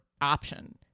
option